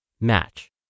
match